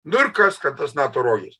nu ir kas kad tas nato rogės